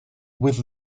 with